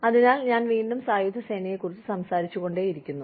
അതിനാൽ ഞാൻ വീണ്ടും സായുധ സേനയെക്കുറിച്ച് സംസാരിച്ചുകൊണ്ടേയിരിക്കുന്നു